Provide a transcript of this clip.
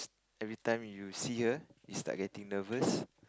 every time you see her you start getting nervous